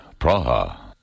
Praha